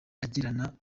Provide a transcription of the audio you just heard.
agirana